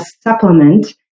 supplement